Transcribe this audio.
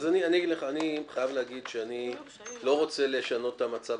אני חייב להגיד שאני לא רוצה לשנות את המצב